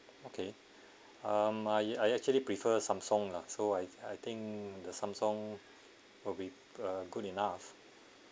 okay um I I actually prefer Samsung lah so I I think the Samsung will be uh good enough